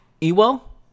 Ewell